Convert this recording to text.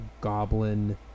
Goblin